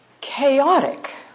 chaotic